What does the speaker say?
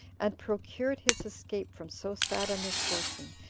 and procured his escape from so sad a misfortune,